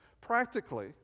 Practically